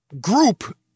group